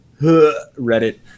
reddit